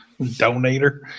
Donator